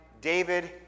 David